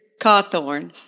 Cawthorn